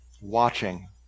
watching